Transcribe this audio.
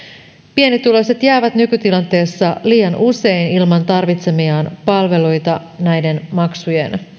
pienituloiset jäävät nykytilanteessa liian usein ilman tarvitsemiaan palveluita näiden maksujen